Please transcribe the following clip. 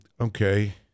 Okay